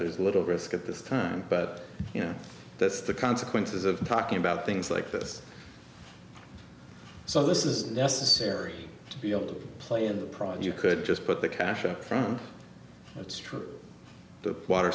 there's little risk at this time but you know that's the consequences of talking about things like this so this is necessary to be able to play in the problem you could just put the cash up front that's true the water